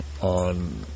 on